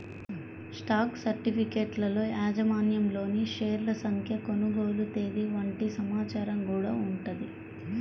stock సర్టిఫికెట్లలో యాజమాన్యంలోని షేర్ల సంఖ్య, కొనుగోలు తేదీ వంటి సమాచారం గూడా ఉంటది